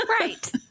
Right